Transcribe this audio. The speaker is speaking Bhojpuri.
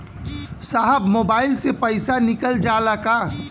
साहब मोबाइल से पैसा निकल जाला का?